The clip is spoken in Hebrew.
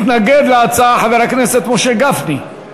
מתנגד להצעה חבר הכנסת משה גפני.